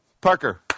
Parker